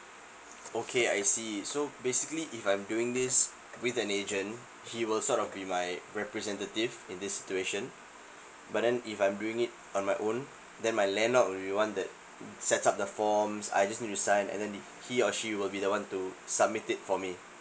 okay I see so basically if I'm doing this with an agent he will sort of be my representative in this situation but then if I bring it on my own then my landlord will be the one that set up the forms I just need to sign and then he he or she will be the one to submit it for me